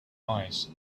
eyes